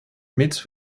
meets